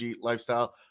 lifestyle